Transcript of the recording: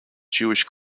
jewish